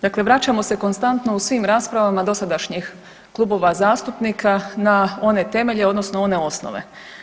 Dakle, vraćamo se konstantno u svim raspravama dosadašnjih klubova zastupnika na one temelje odnosno one osnove.